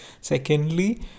Secondly